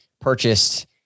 purchased